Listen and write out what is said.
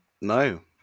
No